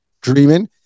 dreaming